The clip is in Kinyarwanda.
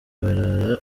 barara